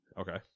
Okay